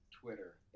Twitter